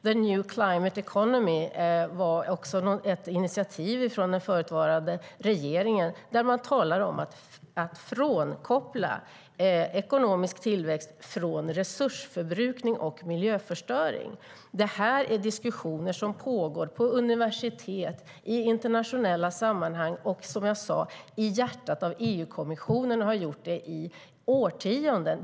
The new climate economy var ett initiativ från den förutvarande regeringen där man talar om att frånkoppla ekonomisk tillväxt från resursförbrukning och miljöförstöring. Det här är diskussioner som pågår på universitet och i internationella sammanhang. Och i hjärtat av EU-kommissionen har man gjort det i årtionden.